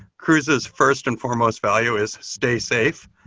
cruise's first and foremost value is stay safe.